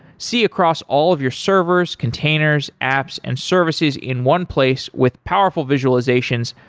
see across all of your servers, containers, apps and services in one place with powerful visualizations,